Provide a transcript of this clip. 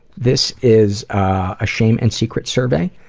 this is a shame and secret survey.